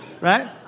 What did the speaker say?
Right